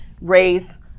race